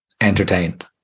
entertained